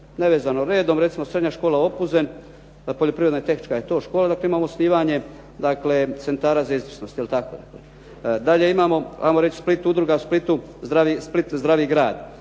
nevezano redom. Recimo, Srednja škola Opuzen, poljoprivredna i tehnička je to škola dok tu imamo osnivanje centara za izvrsnost. Dalje imamo ajmo reći udruga u Splitu "Zdravi